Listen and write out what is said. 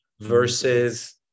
versus